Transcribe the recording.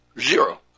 Zero